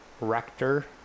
rector